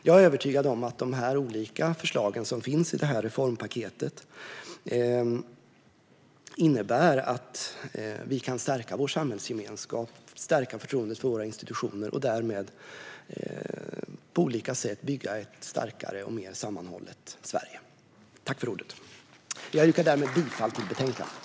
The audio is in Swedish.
Jag är övertygad om att de olika förslag som finns i det här reformpaketet innebär att vi kan stärka vår samhällsgemenskap och förtroendet för våra institutioner och därmed på olika sätt bygga ett starkare och mer sammanhållet Sverige. Jag yrkar bifall till utskottets förslag i betänkandet.